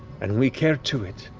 and we care to it,